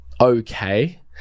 okay